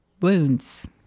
wounds